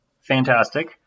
fantastic